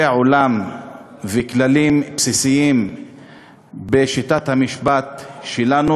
עולם וכללים בסיסיים בשיטת המשפט שלנו,